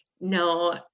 no